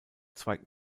zweigt